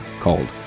called